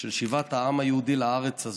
של שיבת העם היהודי לארץ הזאת,